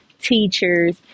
teachers